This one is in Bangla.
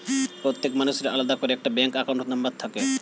প্রত্যেক মানুষের আলাদা করে একটা ব্যাঙ্ক অ্যাকাউন্ট নম্বর থাকে